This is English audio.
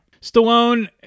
Stallone